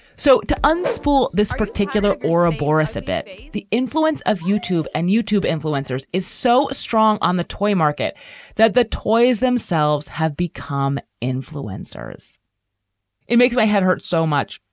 so to unspool this particular or a borris a bit, the influence of youtube and youtube influencers is so strong on the toy market that the toys themselves have become influencers it makes my head hurt so much.